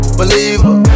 believer